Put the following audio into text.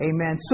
Amen